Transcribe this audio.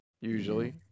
usually